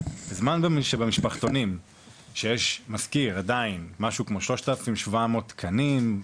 בזמן שבמשפחתונים שיש עדיין משהו כמו 3,700 תקנים,